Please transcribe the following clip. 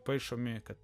paišomi kad